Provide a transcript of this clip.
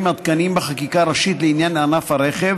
עדכניים בחקיקה ראשית לעניין ענף הרכב